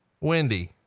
wendy